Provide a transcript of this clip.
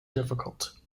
difficult